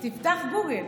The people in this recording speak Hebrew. תפתח גוגל.